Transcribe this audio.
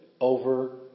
over